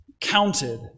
counted